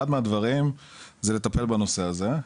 אחד מהדברים זה לטפל בנושא הזה,